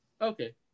Okay